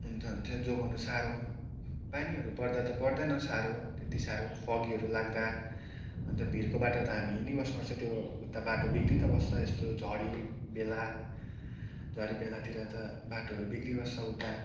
अन्त त्यो जोगाउनु साह्रो पानीहरू पर्दा त पर्दैन साह्रो त्यति साह्रो फगीहरू लाग्दा अन्त भिरको बाटो त हामी हिँडिबस्नु पर्छ त्यो उता बाटो बिग्रि त बस्छ यस्तो झरी बेला झरी बेलातिर त बाटोहरू बिग्रिबस्छ उता